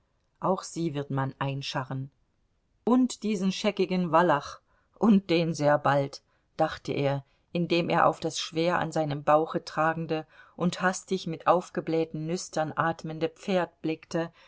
auch sie wird man einscharren und diesen scheckigen wallach und den sehr bald dachte er indem er auf das schwer an seinem bauche tragende und hastig mit aufgeblähten nüstern atmende pferd blickte